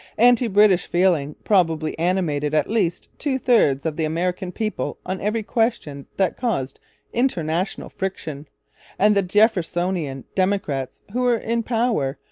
anti-british feeling probably animated at least two-thirds of the american people on every question that caused international friction and the jeffersonian democrats, who were in power,